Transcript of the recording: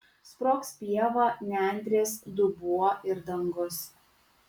sprogs pieva nendrės dubuo ir dangus